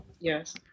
Yes